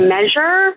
Measure